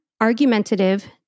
argumentative